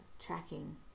tracking